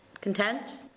Content